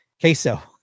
queso